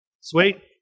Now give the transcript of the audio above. Sweet